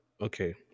Okay